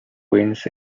wins